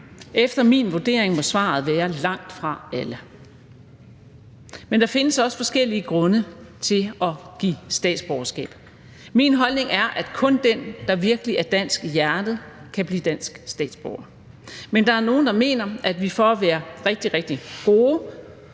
Efter min vurdering må svaret være: langt fra alle. Men der findes også forskellige grunde til at give statsborgerskab. Min holdning er, at kun den, der virkelig er dansk i hjertet, kan blive dansk statsborger. Men der er nogen, der mener, at vi for at være rigtig, rigtig gode